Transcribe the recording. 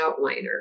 outliner